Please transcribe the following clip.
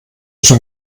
schon